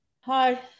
hi